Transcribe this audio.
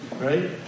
Right